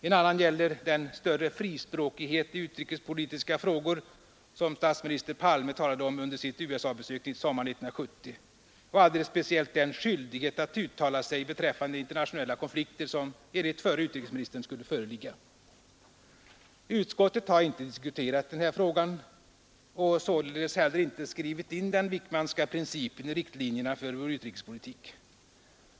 En annan gäller den större frispråkighet i utrikespolitiska frågor som statsminister Palme talade om under sitt USA-besök sommaren 1970 och alldeles speciellt den skyldighet att uttala sig beträffande internationella konflikter som enligt förre utrikesministern skulle föreligga. Utskottet har inte diskuterat den frågan och har således inte heller skrivit in den Wickmanska principen i riktlinjerna för vår utrikespolitik.